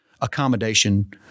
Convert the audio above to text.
accommodation